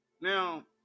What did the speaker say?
Now